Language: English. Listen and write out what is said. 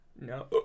No